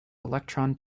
electron